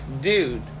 dude